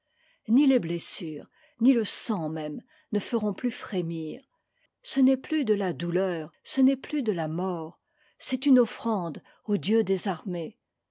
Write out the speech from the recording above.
ni les blessures ni le sang même ne feront plus frémir ce n'est plus de la douleur ce n'est plus de la'mort c'est une offrande au dieu des armées